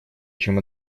чем